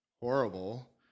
horrible